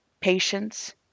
patience